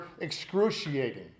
excruciating